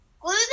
Glue